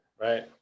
right